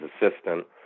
assistant